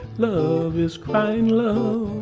love is crying low